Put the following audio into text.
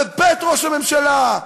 בבית ראש הממשלה.